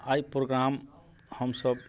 आइ programme हमसब